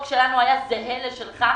הצעת החוק שלנו הייתה זהה לשלך,